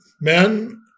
men